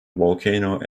volcano